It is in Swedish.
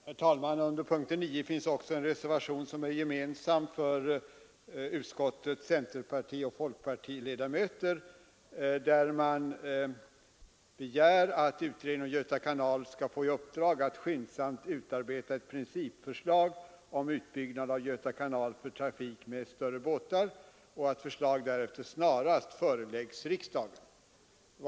Herr talman! Under punkten 9 finns en reservation som är gemensam för utskottets centerpartioch folkpartiledamöter, där man begär att utredningen om Göta kanal skall få i uppdrag att skyndsamt utarbeta ett principförslag om utbyggnad av Göta kanal för trafik med större båtar och att förslag därefter snarast föreläggs riksdagen.